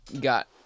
got